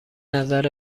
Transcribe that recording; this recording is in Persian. نظر